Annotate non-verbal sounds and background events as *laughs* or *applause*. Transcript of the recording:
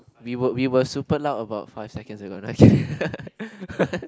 we were we were super loud about five seconds ago *laughs*